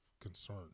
concern